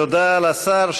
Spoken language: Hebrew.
תודה לשר.